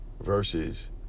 versus